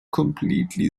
completely